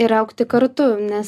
ir augti kartu nes